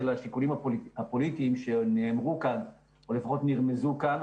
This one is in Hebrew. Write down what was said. השיקולים הפוליטיים שנאמרו כאן או לפחות נרמזו כאן.